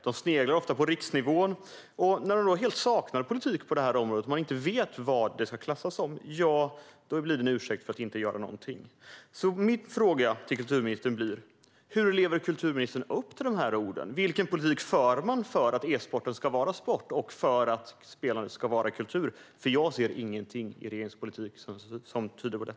De sneglar ofta på riksnivån, men när det helt saknas politik på detta område och man inte vet vad det ska klassas som blir det en ursäkt för att göra ingenting. Min fråga till kulturministern är: Hur lever kulturministern upp till sina ord, och vilken politik förs för att e-sporten ska vara sport och för att spelandet ska vara kultur? Jag ser ingenting i regeringens politik som tyder på det.